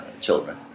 children